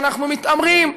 אנחנו מתעמרים,